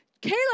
Caleb